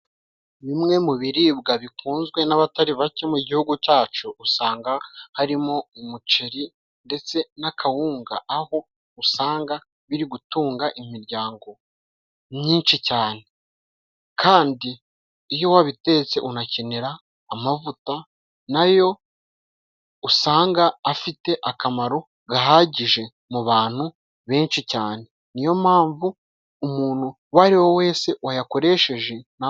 Bimwe mu biribwa bikunzwe n'abatari bake mu Gihugu cyacu usanga harimo umuceri ndetse n'akawunga, aho usanga biri gutunga imiryango myinshi cyane. Kandi iyo wabitetse unakenera amavuta na yo usanga afite akamaro gahagije mu bantu benshi cyane. Niyo mpamvu umuntu uwo ari wese wayakoresheje,...